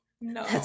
No